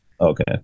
okay